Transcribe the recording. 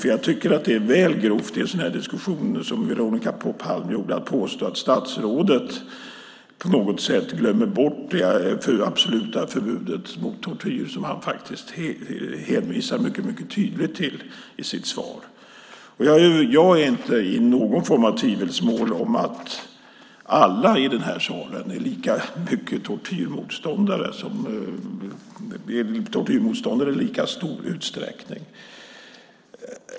Jag tycker nämligen att det är väl grovt att i en sådan här diskussion påstå, som Veronica Palm gjorde, att statsrådet glömmer bort det absoluta förbudet mot tortyr, som han faktiskt hänvisar mycket tydligt till i sitt svar. Jag är inte i någon form av tvivelsmål om att alla i den här salen är tortyrmotståndare i lika stor utsträckning.